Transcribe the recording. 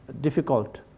difficult